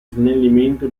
snellimento